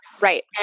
Right